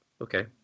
okay